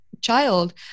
child